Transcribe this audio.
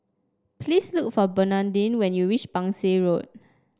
please look for Bernadine when you reach Pang Seng Road